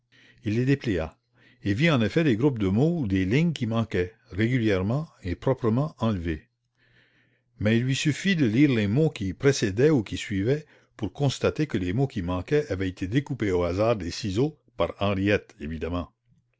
il les déplia et vit en effet des groupes de mots ou des lignes qui manquaient régulièrement et proprement enlevés mais il lui suffit de lire les mots qui précédaient ou qui suivaient pour constater que les mots qui manquaient avaient été découpés au hasard des ciseaux par henriette évidemment